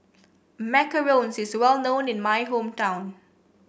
Macarons is well known in my hometown